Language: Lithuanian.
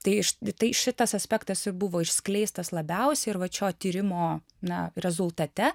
tai šitas aspektas ir buvo išskleistas labiausiai ir vat šio tyrimo na rezultate